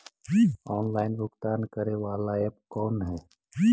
Online भुगतान करे बाला ऐप कौन है?